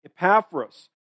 Epaphras